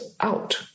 out